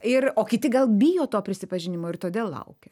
ir o kiti gal bijo to prisipažinimo ir todėl laukia